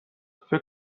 فکر